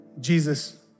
Jesus